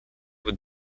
with